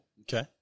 Okay